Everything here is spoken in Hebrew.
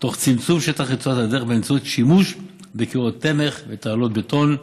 תוך צמצום שטח רצועת הדרך באמצעות שימוש בקירות תמך ותעלות בטון,